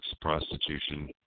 prostitution